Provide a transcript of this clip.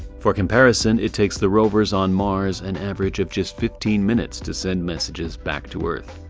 for comparison, it takes the rovers on mars an average of just fifteen minutes to send messages back to earth.